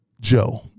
Joe